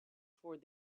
toward